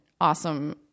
awesome